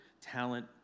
talent